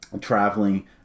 traveling